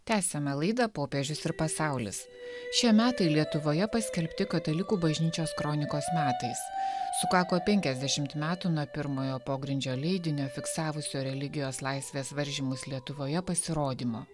tęsiame laidą popiežius ir pasaulis šie metai lietuvoje paskelbti katalikų bažnyčios kronikos metais sukako penkiasdešimt metų nuo pirmojo pogrindžio leidinio fiksavusio religijos laisvės varžymus lietuvoje pasirodymo